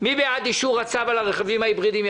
מי בעד אישור הצו על הרכבים ההיברידיים?